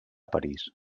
parís